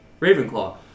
Ravenclaw